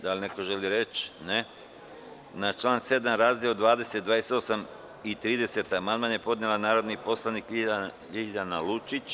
Da li neko želi reč? (Ne) Na član 7. razdele 20, 26 i 30 amandman je podnela narodni poslanik Ljiljana Lučić.